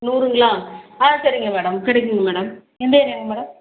நூறுங்களா ஆ சரிங்க மேடம் கிடைக்குங்க மேடம் எந்த ஏரியாங்க மேடம்